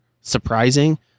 surprising